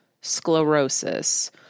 sclerosis